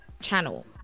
channel